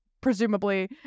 presumably